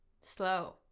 Slow